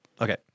Okay